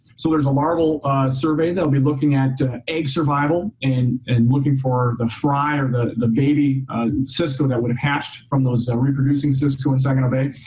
so there's a larval survey that will be looking at egg survival and and looking for the fry or the baby cisco that would have hatched from those reproducing cisco in saginaw bay.